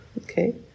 Okay